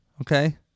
Okay